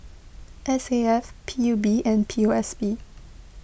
S A F P U B and P O S B